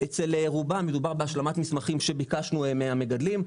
אצל רובם מדובר בהשלמת מסמכים שביקשנו מהמגדלים,